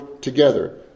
together